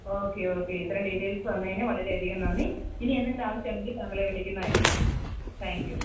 okay okay ഇത്രയും details തന്നതിന് വളരെയധികം നന്ദി ഇനി എന്തെങ്കിലും ആവശ്യമുണ്ടെങ്കിൽ താങ്കളെ വിളിക്കുന്നതായിരിക്കും താങ്ക്യൂ